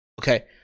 Okay